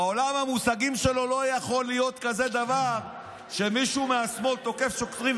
בעולם המושגים שלו לא יכול להיות כזה דבר שמישהו מהשמאל תוקף שוטרים,